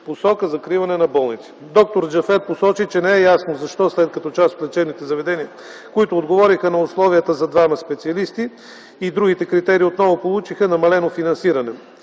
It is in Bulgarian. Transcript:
посока закриване на болници. Доктор Джафер посочи, че не е ясно защо след като част от лечебните заведения, които отговориха на условията за двама специалисти и другите критерии, отново получиха намалено финансиране.